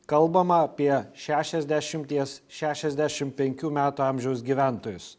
kalbama apie šešiasdešimties šešiasdešimt penkių metų amžiaus gyventojus